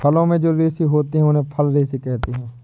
फलों में जो रेशे होते हैं उन्हें फल रेशे कहते है